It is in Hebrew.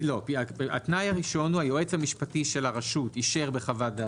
התנאי הראשון הוא: היועץ המשפטי של הרשות אישר בחוות דעתו,